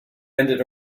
ended